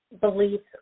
beliefs